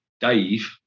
Dave